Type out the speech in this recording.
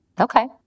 okay